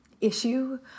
issue